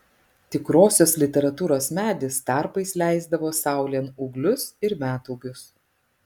tikrosios literatūros medis tarpais leisdavo saulėn ūglius ir metūgius